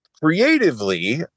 creatively